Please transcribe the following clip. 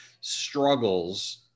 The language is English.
struggles